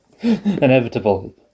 Inevitable